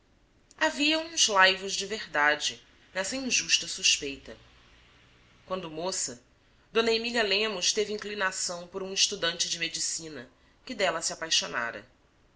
havia uns laivos de verdade nessa injusta suspeita quando moça d emília lemos teve inclinação por um estudante de medicina que dela se apaixonara